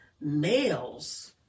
males